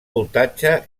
voltatge